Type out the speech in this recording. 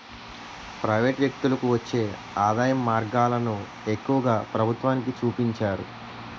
private వ్యక్తులకు వచ్చే ఆదాయం మార్గాలను ఎక్కువగా ప్రభుత్వానికి చూపించరు